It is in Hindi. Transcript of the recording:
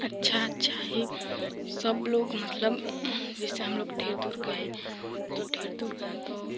अच्छा अच्छा ही सबलोग मतलब जैसे हमलोग ढेर दूर गए तो ढेर दूर गए तो